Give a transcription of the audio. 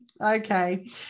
Okay